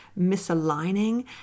misaligning